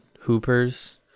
hoopers